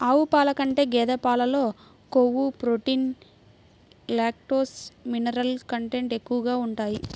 ఆవు పాల కంటే గేదె పాలలో కొవ్వు, ప్రోటీన్, లాక్టోస్, మినరల్ కంటెంట్ ఎక్కువగా ఉంటాయి